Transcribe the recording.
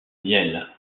miel